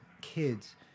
kids